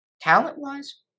talent-wise